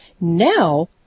Now